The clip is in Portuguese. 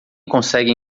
conseguem